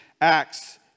Acts